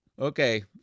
Okay